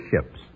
ships